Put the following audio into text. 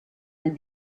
and